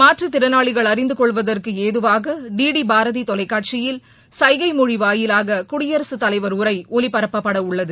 மாற்றுத் திறனாளிகள் அறிந்துகொள்வதற்கு ஏதுவாக டி டி பாரதி தொலைக்காட்சியில் சைகை மொழி வாயிலாக குடியரசு தலைவர் உரை ஒளிபரப்பப்படவுள்ளது